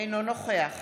אינו נוכח